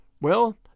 Well